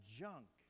junk